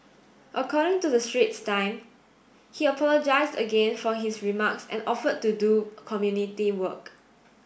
according to the Straits Time he apologised again for his remarks and offered to do community work